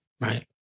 right